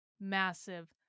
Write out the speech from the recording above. massive